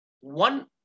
one